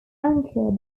anchor